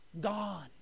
gone